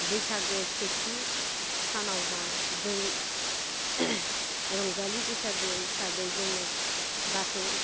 बैसागो सेथि सानावहा जों रंजालि बैसागो हिसाबै जोङो बाथौ